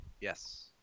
Yes